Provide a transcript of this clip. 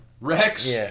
Rex